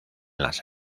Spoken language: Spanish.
las